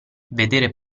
vedere